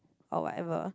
or whatever